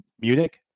Munich